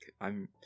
I'm-